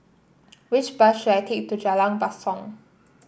which bus should I take to Jalan Basong